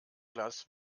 glas